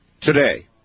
today